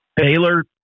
Baylor